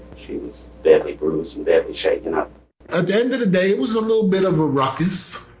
she was badly bruised and badly shaken up at the end of the day, it was a little bit of a ruckus,